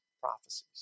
prophecies